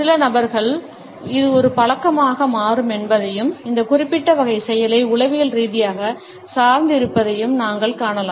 சில நபர்களில் இது ஒரு பழக்கமாக மாறும் என்பதையும் இந்த குறிப்பிட்ட வகை செயலை உளவியல் ரீதியாக சார்ந்து இருப்பதையும் நாங்கள் காணலாம்